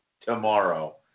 tomorrow